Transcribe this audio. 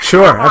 Sure